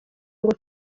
ngo